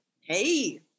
Hey